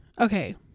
Okay